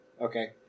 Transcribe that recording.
Okay